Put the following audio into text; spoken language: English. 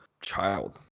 child